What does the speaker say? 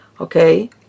okay